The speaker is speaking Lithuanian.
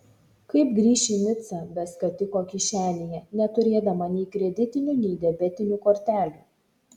kaip grįš į nicą be skatiko kišenėje neturėdama nei kreditinių nei debetinių kortelių